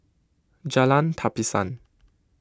Jalan Tapisan